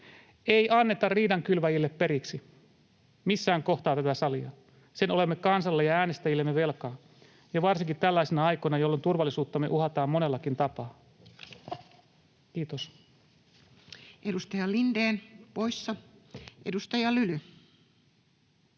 Ei anneta riidankylväjille periksi missään kohtaa tätä salia. Sen olemme kansalle ja äänestäjillemme velkaa ja varsinkin tällaisina aikoina, jolloin turvallisuuttamme uhataan monellakin tapaa. — Kiitos. Edustaja Lindén, poissa. — Edustaja Lyly.